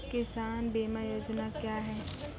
किसान बीमा योजना क्या हैं?